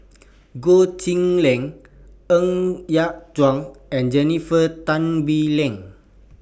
Goh Chiew Lye Ng Yat Chuan and Jennifer Tan Bee Leng